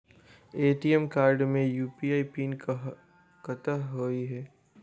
ATM card मे UPI PIN कतह होइ है?